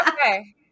Okay